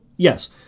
Yes